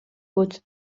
بود